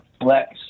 flex